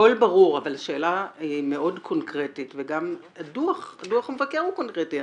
הכל ברור אבל שאלה מאוד קונקרטית וגם דו"ח המבקר הוא קונקרטי.